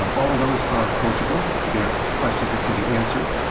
um all of those are approachable. they're questions that can be answered.